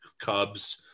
Cubs